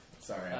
Sorry